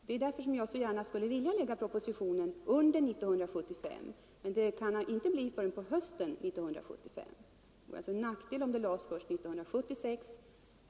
Det är därför som jag mycket gärna skulle vilja lägga fram propositionen under 1975 — men det kan inte bli förrän på hösten 1975. Det vore alltså en nackdel om den lades fram först 1976.